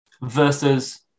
versus